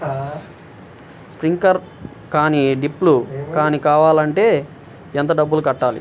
Sprinkler కానీ డ్రిప్లు కాని కావాలి అంటే ఎంత డబ్బులు కట్టాలి?